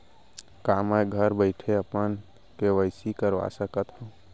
का मैं घर बइठे अपन के.वाई.सी करवा सकत हव?